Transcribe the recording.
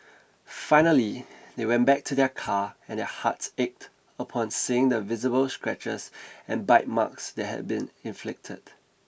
finally they went back to their car and their hearts ached upon seeing the visible scratches and bite marks that had been inflicted